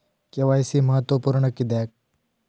KYC महत्त्वपुर्ण किद्याक?